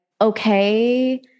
okay